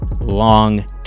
long